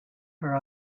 her